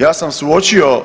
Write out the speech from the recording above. Ja sam suočio